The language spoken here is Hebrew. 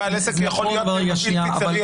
ובעל עסק יכול להיות מנהל פיצרייה.